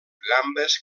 gambes